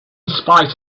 spite